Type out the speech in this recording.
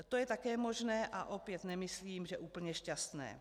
To je také možné a opět nemyslím, že úplně šťastné.